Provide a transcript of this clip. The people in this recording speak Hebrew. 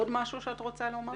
עוד משהו שאת רוצה לומר?